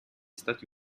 stati